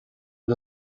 als